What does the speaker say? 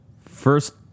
First